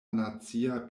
nacia